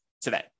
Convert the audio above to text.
today